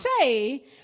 say